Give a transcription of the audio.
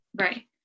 Right